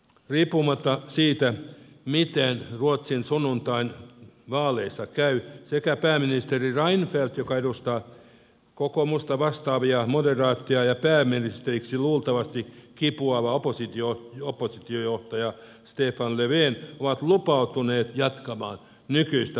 riippumatta siitä miten sunnuntain ruotsin vaaleissa käy sekä pääministeri reinfeldt joka edustaa kokoomusta vastaavia moderaatteja että pääministeriksi luultavasti kipuava oppositiojohtaja stefan löfven ovat lupautuneet jatkamaan nykyistä pakolaispolitiikkaa